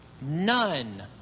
None